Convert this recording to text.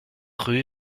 rue